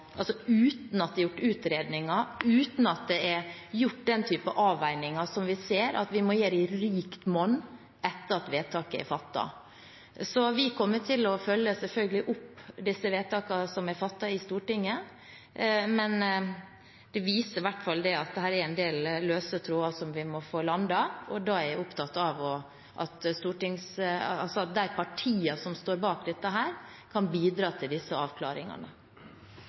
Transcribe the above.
uten at det er gjort utredninger, uten at det er gjort den type avveininger som vi ser at vi må gjøre i rikt monn etter at vedtaket er fattet. Vi kommer selvfølgelig til å følge opp vedtakene som er fattet i Stortinget, men det viser i hvert fall at det er en del løse tråder som vi må få landet. Da er jeg opptatt av at de partiene som står bak dette, kan bidra til disse avklaringene.